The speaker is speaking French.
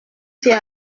c’est